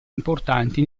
importanti